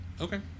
Okay